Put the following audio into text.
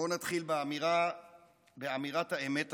בואו נתחיל באמירת האמת הפשוטה: